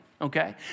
okay